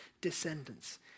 descendants